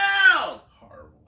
Horrible